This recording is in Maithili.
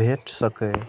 भेट सकैए